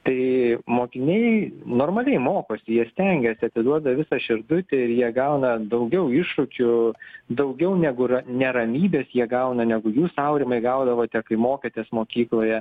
tai mokiniai normaliai mokosi jie stengiasi atiduoda visą širdutę ir jie gauna daugiau iššūkių daugiau negu ra neramybės jie gauna negu jūs aurimai gaudavote kai mokėtės mokykloje